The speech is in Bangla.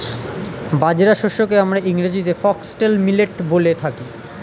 বাজরা শস্যকে আমরা ইংরেজিতে ফক্সটেল মিলেট বলে থাকি